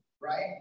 right